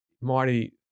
Marty